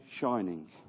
shining